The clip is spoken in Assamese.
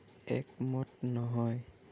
একমত নহয়